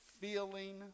feeling